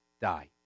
die